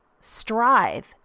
strive